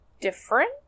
different